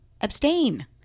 Abstain